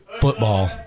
football